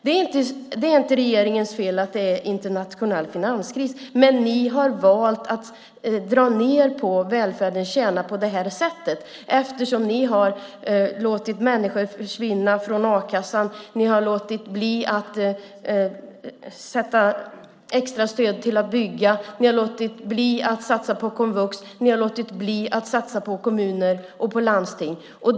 Det är inte regeringens fel att det är internationell finanskris, men ni har valt att dra ned på välfärdens kärna på det här sättet eftersom ni har låtit människor försvinna från a-kassan, låtit bli att avsätta extra stöd till att bygga, låtit bli att satsa på komvux och låtit bli att satsa på kommuner och landsting.